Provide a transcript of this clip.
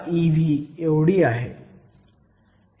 10 ev आहे